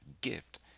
GIFT